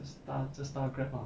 just 搭 just 搭 grab lah